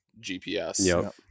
GPS